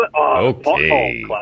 Okay